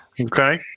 Okay